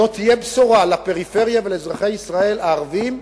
אם לא תהיה בשורה לפריפריה ולאזרחי ישראל הערבים,